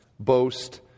boast